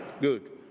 Good